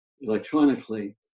electronically